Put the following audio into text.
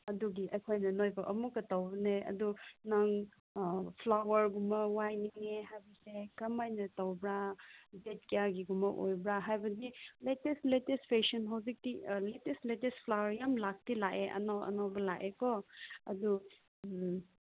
ꯑꯗꯨꯒꯤ ꯑꯩꯈꯣꯏꯅ ꯅꯈꯣꯏꯕꯨ ꯑꯃꯨꯛꯀ ꯇꯧꯕꯅꯦ ꯑꯗꯨ ꯅꯪ ꯐ꯭ꯂꯋꯥꯔꯒꯨꯝꯕ ꯋꯥꯏꯅꯤꯡꯉꯦ ꯍꯥꯏꯕꯁꯦ ꯀꯔꯝ ꯍꯥꯏꯅ ꯇꯧꯕ꯭ꯔꯥ ꯗꯦꯗ ꯀꯌꯥꯒꯤꯒꯨꯝꯕ ꯑꯣꯏꯕ꯭ꯔꯥ ꯍꯥꯏꯕꯗꯤ ꯂꯦꯇꯦꯁ ꯂꯦꯇꯦꯁ ꯐꯦꯁꯟ ꯍꯧꯖꯤꯛꯇꯤ ꯂꯦꯇꯦꯁ ꯂꯦꯇꯦꯁ ꯐ꯭ꯂꯥꯋꯥꯔ ꯌꯥꯝ ꯂꯥꯛꯇꯤ ꯂꯥꯛꯑꯦ ꯑꯅꯧ ꯑꯅꯧꯕ ꯂꯥꯛꯑꯦꯀꯣ ꯑꯗꯨ ꯎꯝ